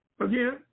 Again